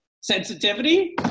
sensitivity